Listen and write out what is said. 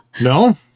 No